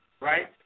right